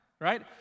right